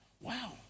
Wow